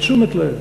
לתשומת לב,